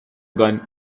gun